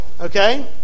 Okay